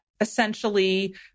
essentially